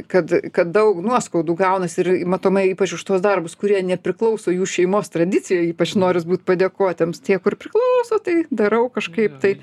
kad kad daug nuoskaudų gaunas ir matomai ypač už tuos darbus kurie nepriklauso jų šeimos tradicijai ypač noras būt padėkotiems tie kur priklauso tai darau kažkaip tai